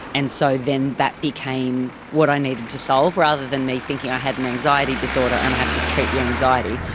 and so then that became what i needed to solve. rather than me thinking i had an anxiety disorder and i have to treat the anxiety,